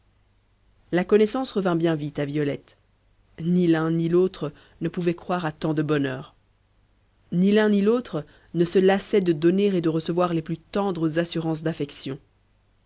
la connaissance revint bien vite à violette ni l'un ni l'autre ne pouvait croire à tant de bonheur mi l'un ni l'autre ne se lassait de donner et de recevoir les plus tendres assurances d'affection